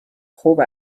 خوب